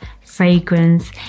fragrance